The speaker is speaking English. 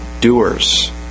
doers